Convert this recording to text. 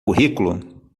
currículo